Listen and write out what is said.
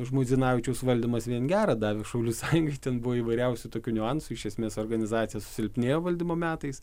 žmuidzinavičiaus valdymas vien gera davė šaulių sąjungai ten buvo įvairiausių tokių niuansų iš esmės organizacija susilpnėjo valdymo metais